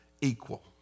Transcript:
equal